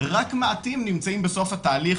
רק מעטים נמצאים בסוף התהליך,